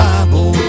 Bible